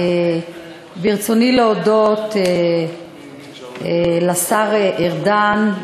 ברצוני להודות לשר ארדן,